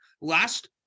last